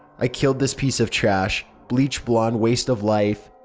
i killed this piece of trash, bleach blonde waste of life.